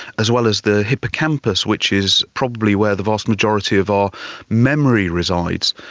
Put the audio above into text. as well as the hippocampus which is probably where the vast majority of our memory resides,